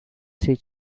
three